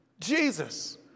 Jesus